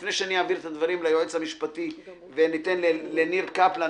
לפני שאעביר את הדברים ליועץ המשפטי וניתן לניר קפלן